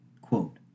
Quote